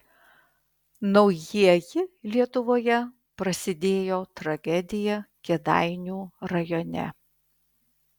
naujieji lietuvoje prasidėjo tragedija kėdainių rajone